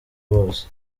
bose